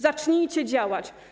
Zacznijcie działać.